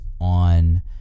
on